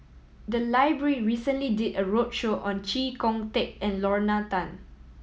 the library recently did a roadshow on Chee Kong Tet and Lorna Tan